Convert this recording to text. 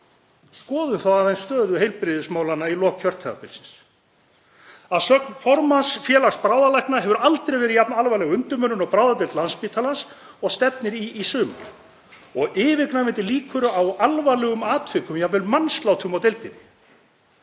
Skoðum þá aðeins stöðu heilbrigðismálanna í lok kjörtímabilsins. Að sögn formanns Félags bráðalækna hefur aldrei verið jafn alvarleg undirmönnun á bráðadeild Landspítalans og stefnir í í sumar og yfirgnæfandi líkur á alvarlegum atvikum, jafnvel mannslátum, á deildinni.